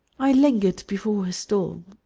i lingered before her stall,